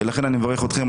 לכן אני מברך אתכם.